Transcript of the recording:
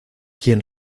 quien